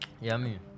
Yummy